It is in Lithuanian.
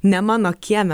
ne mano kieme